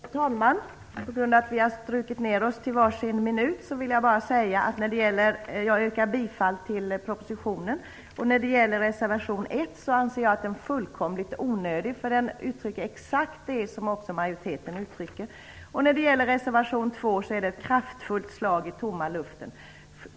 Herr talman! På grund av att vi har strukit ner taletiderna har vi bara var sin minut på oss. Jag yrkar bifall till propositionen. Jag anser att reservation nr 1 är fullkomligt onödig. Den uttrycker nämligen exakt det som också majoriteten uttrycker. Reservation nr 2 är ett kraftfullt slag i tomma luften.